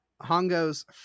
Hongo's